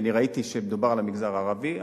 כי ראיתי שמדובר על המגזר הערבי,